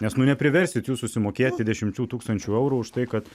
nes nu nepriversit jų susimokėti dešimčių tūkstančių eurų už tai kad